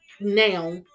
now